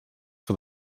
for